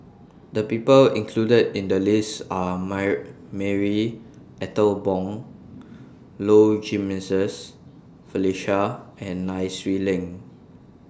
The People included in The lists Are Marie Ethel Bong Low Jimenez Felicia and Nai Swee Leng